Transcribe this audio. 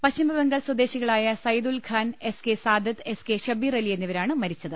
പശ്ചിമബം gall സ്വദേശികളായ Saidul Khan S K Sadat S K Shabeerali എന്നിവരാണ് മരിച്ചത്